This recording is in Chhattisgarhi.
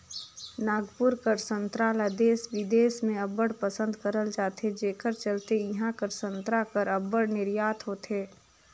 नागपुर कर संतरा ल देस में बिदेस में अब्बड़ पसंद करल जाथे जेकर चलते इहां कर संतरा कर अब्बड़ निरयात होथे